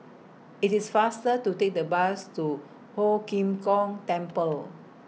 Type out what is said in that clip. IT IS faster to Take The Bus to Ho Lim Kong Temple